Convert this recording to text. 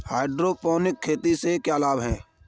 Hydroponic खेती से क्या लाभ हैं?